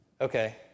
Okay